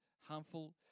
harmful